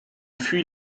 fuit